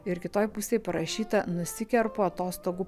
ir kitoj pusėj parašyta nusikerpu atostogų